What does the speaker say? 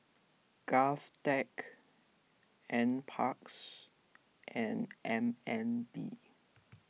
Govtech NParks and M N D